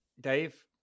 Dave